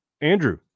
Andrew